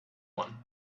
one